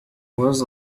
was